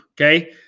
Okay